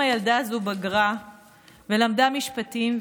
הילדה הזו בגרה ולמדה משפטים,